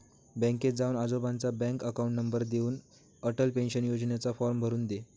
बँकेत जाऊन आजोबांचा बँक अकाउंट नंबर देऊन, अटल पेन्शन योजनेचा फॉर्म भरून दे